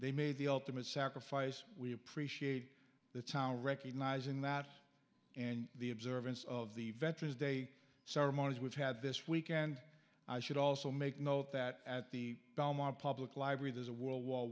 they made the ultimate sacrifice we appreciate the town recognizing that and the observance of the veterans day ceremonies we've had this week and i should also make note that at the belmont public library there's a world war